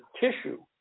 tissue